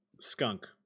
skunk